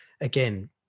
again